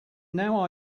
now